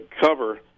cover